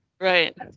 Right